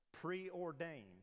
preordained